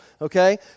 Okay